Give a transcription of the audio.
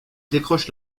décroche